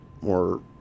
more